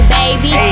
baby